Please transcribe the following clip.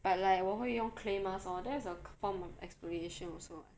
but like 我会用 clay mask orh that is a form of exfoliation also [what]